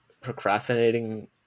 procrastinating